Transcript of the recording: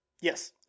Yes